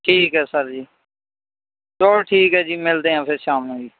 ਠੀਕ ਹੈ ਸਰ ਜੀ ਚਲੋ ਠੀਕ ਹੈ ਜੀ ਮਿਲਦੇ ਹਾਂ ਫਿਰ ਸ਼ਾਮ ਨੂੰ ਜੀ